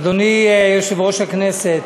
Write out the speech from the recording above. אדוני יושב-ראש הכנסת,